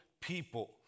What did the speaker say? People